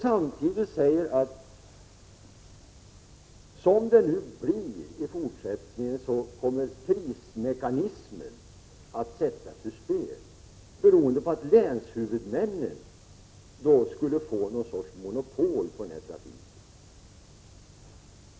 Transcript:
Samtidigt säger de att som det blir i fortsättningen kommer prismekanismer att sättas ur spel på grund av att länshuvudmännen skulle få något slags monopol på den här trafiken.